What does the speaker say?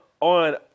on